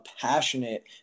passionate